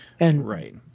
Right